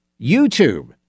YouTube